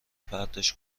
پرتش